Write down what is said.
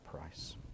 price